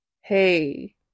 hey